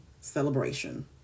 celebration